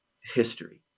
history